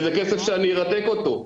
וזה כסף שאני ארתק אותו.